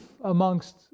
amongst